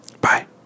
bye